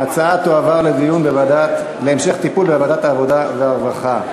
ההצעה תועבר להמשך טיפול בוועדת העבודה והרווחה.